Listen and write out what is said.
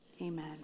Amen